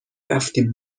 رفتی